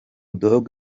dogg